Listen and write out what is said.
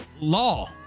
Law